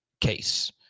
case